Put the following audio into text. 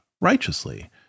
righteously